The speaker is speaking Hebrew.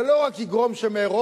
זה לא רק יגרום שמאירופה,